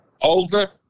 older